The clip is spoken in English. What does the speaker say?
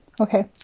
Okay